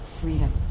freedom